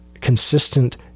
consistent